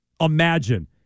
Imagine